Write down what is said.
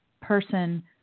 person